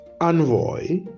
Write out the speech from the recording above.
envoy